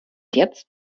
jetzt